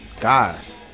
guys